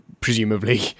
presumably